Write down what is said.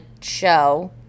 show